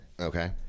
okay